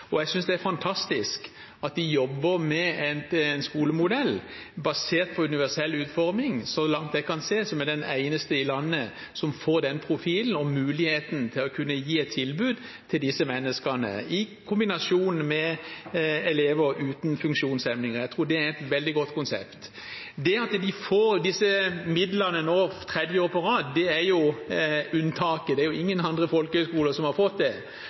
og jeg synes det er fantastisk at de jobber med en skolemodell basert på universell utforming, som, så langt jeg kan se, er den eneste i landet som får den profilen og muligheten til å kunne gi et tilbud til disse menneskene, i kombinasjon med elever uten funksjonshemninger. Jeg tror det er et veldig godt konsept. Det at de får disse midlene nå tredje året på rad, er unntaket. Det er ingen andre folkehøgskoler som har fått det.